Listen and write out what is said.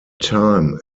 time